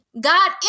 God